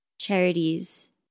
charities